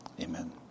Amen